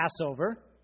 Passover